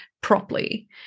properly